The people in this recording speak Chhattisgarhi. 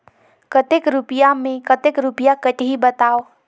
कतेक रुपिया मे कतेक रुपिया कटही बताव?